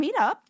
meetup